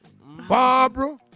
Barbara